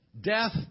death